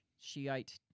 Shiite